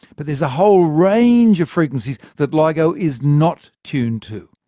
but there's a whole range of frequencies that ligo is not tuned to.